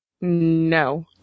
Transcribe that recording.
No